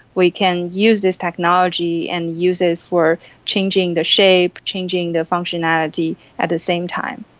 we can use this technology and use it for changing the shape, changing the functionality at the same time.